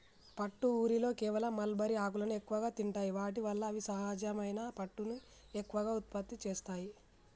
పట్టు ఊరిలో కేవలం మల్బరీ ఆకులను ఎక్కువగా తింటాయి వాటి వల్ల అవి సహజమైన పట్టుని ఎక్కువగా ఉత్పత్తి చేస్తాయి